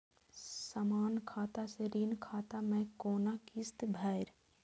समान खाता से ऋण खाता मैं कोना किस्त भैर?